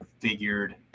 figured